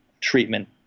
treatment